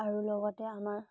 আৰু লগতে আমাৰ